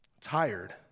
tired